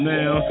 Now